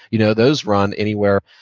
you know those run anywhere,